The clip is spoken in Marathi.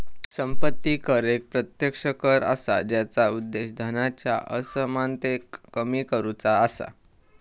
संपत्ती कर एक प्रत्यक्ष कर असा जेचा उद्देश धनाच्या असमानतेक कमी करुचा असा